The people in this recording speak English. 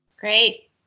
Great